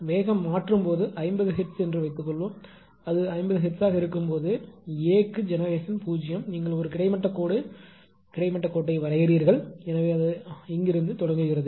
வேகம் மாற்றும் போது 50 ஹெர்ட்ஸ் என்று வைத்துக்கொள்வோம் அது 50 ஹெர்ட்ஸ் ஆக இருக்கும்போது A க்கு ஜெனெரேஷன் 0 நீங்கள் ஒரு கிடைமட்ட கோடு கிடைமட்ட கோட்டை வரைகிறீர்கள் எனவே அது இங்கிருந்து தொடங்குகிறது